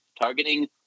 targeting